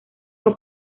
fue